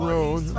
Road